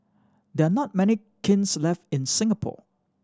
there are not many kilns left in Singapore